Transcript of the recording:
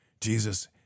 Jesus